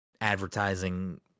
advertising